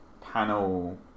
panel